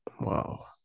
Wow